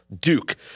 Duke